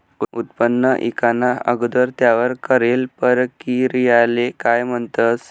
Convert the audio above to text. उत्पन्न ईकाना अगोदर त्यावर करेल परकिरयाले काय म्हणतंस?